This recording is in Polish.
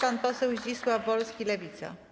Pan poseł Zdzisław Wolski, Lewica.